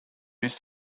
used